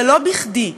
ולא בכדי,